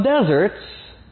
deserts